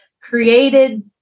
created